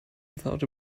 without